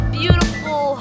beautiful